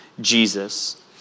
Jesus